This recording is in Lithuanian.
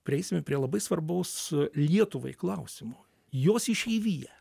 prieisime prie labai svarbaus lietuvai klausimo jos išeivija